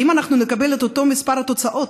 האם אנחנו נקבל אותו מספר תוצאות?